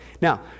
Now